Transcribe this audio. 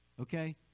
Okay